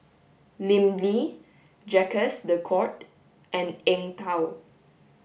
Lim Lee Jacques de Coutre and Eng Tow